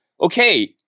okay